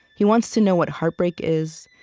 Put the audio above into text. he wants to know what heartbreak is,